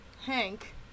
Hank